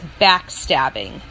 backstabbing